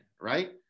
right